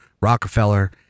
Rockefeller